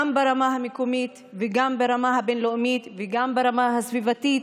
גם ברמה המקומית וגם ברמה הבין-לאומית וגם ברמה הסביבתית,